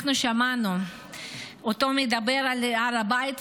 אנחנו שמענו אותו מדבר על הר הבית,